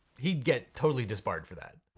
he'd get totally disbarred for that.